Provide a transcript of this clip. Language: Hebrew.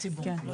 כן.